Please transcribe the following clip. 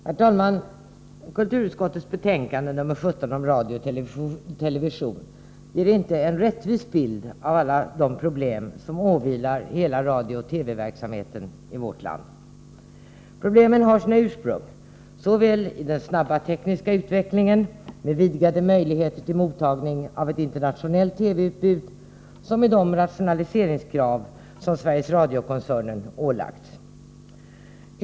Herr talman! Kulturutskottets betänkande nr 17 om radio och television ger inte en rättvis bild av alla de problem som åvilar hela radiooch TV-verksamheten i vårt land. Problemen har sina ursprung såväl i den snabba tekniska utvecklingen med vidgade möjligheter till mottagning av ett internationellt TV-utbud som i de rationaliseringskrav som Sveriges Radiokoncernen ålagts.